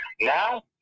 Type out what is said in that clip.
Now